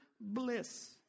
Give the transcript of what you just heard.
bliss